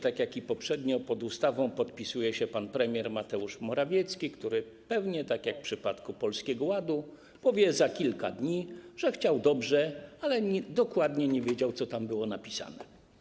Tak jak i poprzednio pod ustawą podpisał się pan premier Mateusz Morawiecki, który pewnie tak jak w przypadku Polskiego Ładu powie za kilka dni, że chciał dobrze, ale dokładnie nie wiedział, co tam było napisane.